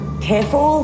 Careful